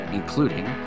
including